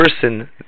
person